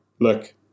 look